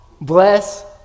bless